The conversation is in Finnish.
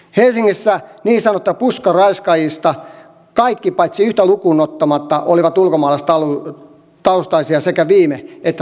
helsingissä niin sanotuista puskaraiskaajista kaikki yhtä lukuun ottamatta olivat ulkomaalaistaustaisia sekä viime että toissa vuonna